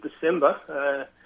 December